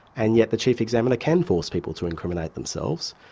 and yet the chief examiner can force people to incriminate themselves.